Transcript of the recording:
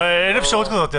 אין אפשרות.